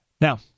Now